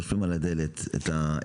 רושמים על הדלת את השם,